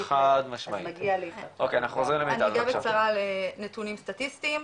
אז מגיע ליפעת --- אני אגע בקצרה על נתונים סטטיסטיים,